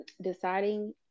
deciding